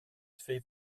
twee